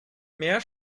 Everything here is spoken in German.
mehr